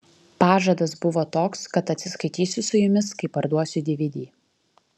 pažadas buvo toks kad atsiskaitysiu su jumis kai parduosiu dvd